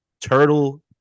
Turtle